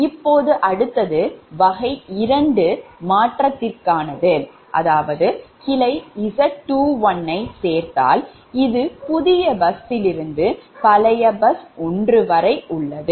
இப்போது அடுத்தது வகை 2 மாற்றத்திற்கானது அதாவது கிளை Z21 யை சேர்தால் இது புதிய பஸ்ஸிலிருந்து பழைய பஸ் 1 வரை உள்ளது